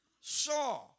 saw